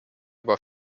über